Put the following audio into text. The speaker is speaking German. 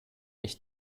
ich